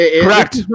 Correct